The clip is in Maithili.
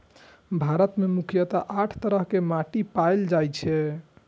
भारत मे मुख्यतः आठ तरह के माटि पाएल जाए छै